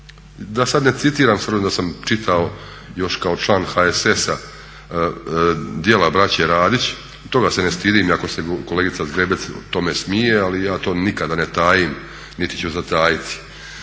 Da sad ne citiram s obzirom da sam čitao još kao član HSS-a djela braće Radić, toga se ne stidim iako se kolegica Zgrebec tome smije, ali ja to nikada ne tajim niti ću zatajiti,